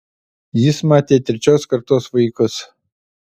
jis matė trečios kartos vaikus